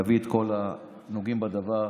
להביא את כל הנוגעים בדבר.